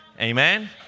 Amen